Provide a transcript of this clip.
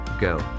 go